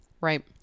Right